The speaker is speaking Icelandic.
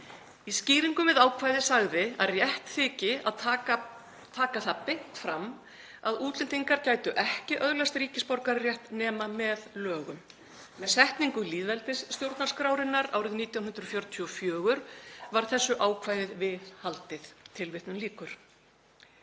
Í skýringum við ákvæðið sagði að rétt þætti að taka það beint fram að útlendingur gæti ekki öðlast ríkisborgararétt nema með lögum. Með setningu lýðveldisstjórnarskrárinnar árið 1944 var þessu ákvæði viðhaldið.“ Allt til